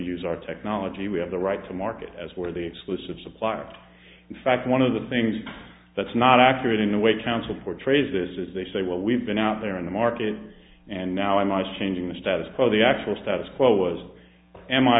use our technology we have the right to market as for the exclusive supplier in fact one of the things that's not accurate in the way council portrays this is they say well we've been out there in the market and now i'm i was changing the status quo the actual status quo was am i